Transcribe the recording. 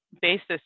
basis